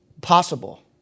possible